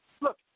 Look